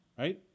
right